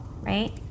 right